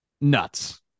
nuts